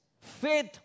Faith